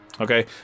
Okay